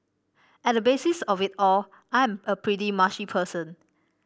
at the basis of it all I am a pretty mushy person